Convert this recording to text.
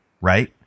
right